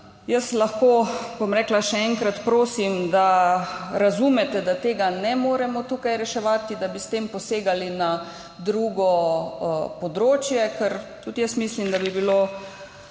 Jaz lahko še enkrat prosim, da razumete, da tega ne moremo tukaj reševati, da bi s tem posegali na drugo področje, ker tudi jaz mislim, da bi bilo